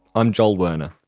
i'm joel werner